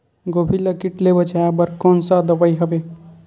गोभी ल कीट ले बचाय बर कोन सा दवाई हवे?